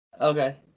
Okay